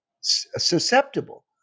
susceptible